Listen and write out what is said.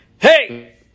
hey